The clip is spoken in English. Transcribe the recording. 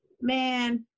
man